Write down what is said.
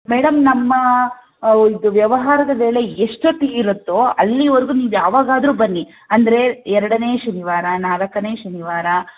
madam ನಮ್ಮ ಇದು ವ್ಯವಹಾರದ ವೇಳೆ ಎಷ್ಟೊತ್ತಿಗೆ ಇರುತ್ತೋ ಅಲ್ಲಿವರೆಗೂ ನೀವು ಯಾವಾಗಾದರೂ ಬನ್ನಿ ಅಂದರೆ ಎರಡನೇ ಶನಿವಾರ ನಾಲ್ಕನೇ ಶನಿವಾರ